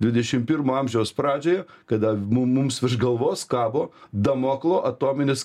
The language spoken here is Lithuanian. dvidešim pirmo amžiaus pradžioje kada mum mums virš galvos kabo damoklo atominis